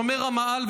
שומר המאהל,